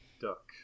duck